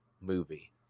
movie